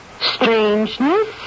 strangeness